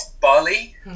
Bali